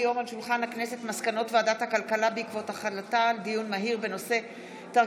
מסקנות ועדת הכלכלה בעקבות דיון מהיר בהצעתם של חברי